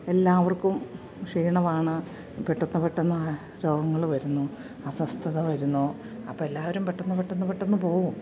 എല്ലാവർക്കും ക്ഷീണമാണ് പെട്ടന്ന് പെട്ടെന്ന് രോഗങ്ങൾ വരുന്നു അസ്വസ്ഥത വരുന്നു അപ്പോൾ എല്ലാവരും പെട്ടന്ന് പെട്ടെന്ന് പെട്ടെന്നു പോവും